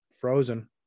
Frozen